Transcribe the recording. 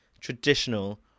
traditional